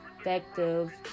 effective